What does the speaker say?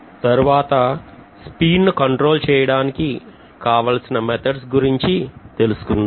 తర్వాత స్పీడు ను నియంత్రించుటకు కావలసిన పద్దతుల గురించి తెలుసుకుందాం